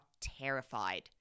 terrified